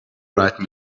right